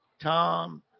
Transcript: Tom